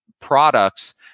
products